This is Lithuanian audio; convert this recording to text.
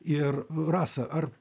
ir rasa ar